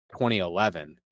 2011